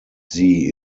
sie